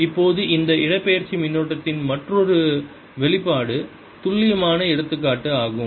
இப்போது இந்த இடப்பெயர்ச்சி மின்னோட்டத்தின் மற்றொரு வெளிப்பாடு துல்லியமான எடுத்துக்காட்டு ஆகும்